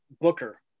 Booker